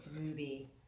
ruby